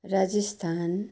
Rajasthan